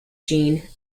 jeanne